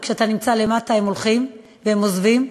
וכשאתה נמצא למטה הם הולכים והם עוזבים.